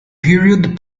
period